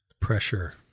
pressure